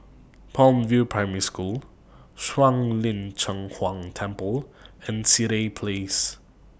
Palm View Primary School Shuang Lin Cheng Huang Temple and Sireh Place